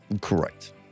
Correct